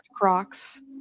Crocs